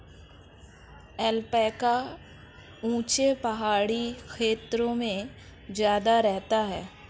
alpaca ऊँचे पहाड़ी क्षेत्रों में ज्यादा रहता है